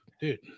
dude